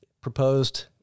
proposed